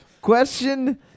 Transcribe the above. Question